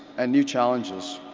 and new challenges.